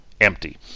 empty